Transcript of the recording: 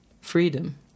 freedom